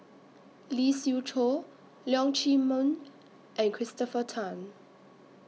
Lee Siew Choh Leong Chee Mun and Christopher Tan